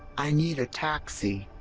i need a taxi!